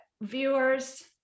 viewers